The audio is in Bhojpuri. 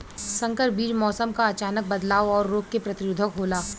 संकर बीज मौसम क अचानक बदलाव और रोग के प्रतिरोधक होला